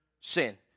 sin